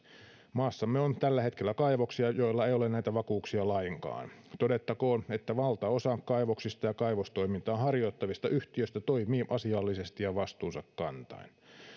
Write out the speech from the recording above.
maassamme on tällä hetkellä kaivoksia joilla ei ole näitä vakuuksia lainkaan todettakoon että valtaosa kaivoksista ja kaivostoimintaa harjoittavista yhtiöistä toimii asiallisesti ja vastuunsa kantaen